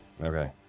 Okay